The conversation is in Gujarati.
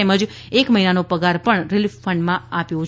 તેમજ એક મહિનાનો પગાર પણ રીલીફ ફંડમાં આપ્યો છે